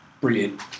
brilliant